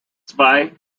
zwei